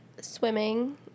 swimming